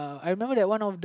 I remember that one of